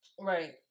Right